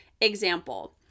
Example